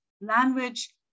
language